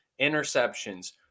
interceptions